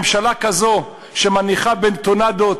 ממשלה כזו שמניחה בטונדות